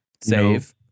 Save